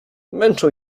męczą